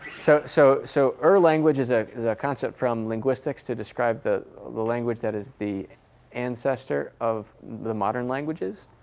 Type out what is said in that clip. so so so ur language is ah is a concept from linguistics to describe the the language that is the ancestor of the modern languages.